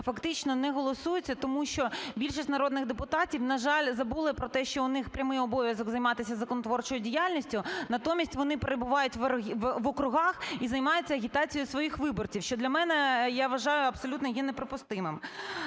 фактично не голосуються, тому що більшість народних депутатів, на жаль, забули про те, що у них прямий обов'язок займатися законотворчою діяльністю. Натомість вони перебувають в округах і займаються агітацією своїх виборців, що для мене, я вважаю, абсолютно є неприпустимим.